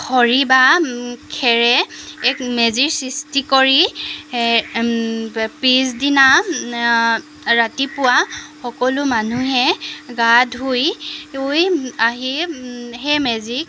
খৰি বা খেৰে এক মেজিৰ সৃষ্টি কৰি পিছদিনা ৰাতিপুৱা সকলো মানুহে গা ধুই আহি সেই মেজিক